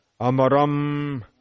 amaram